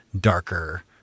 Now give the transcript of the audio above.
darker